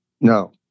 No